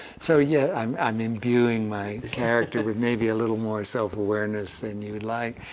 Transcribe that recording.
so yeah i'm i'm imbuing my character with maybe a little more self-awareness than you'd like.